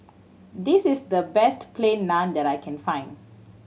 this is the best Plain Naan that I can find